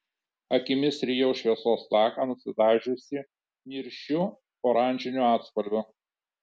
akimis rijau šviesos taką nusidažiusį niršiu oranžiniu atspalviu